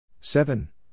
seven